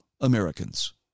Americans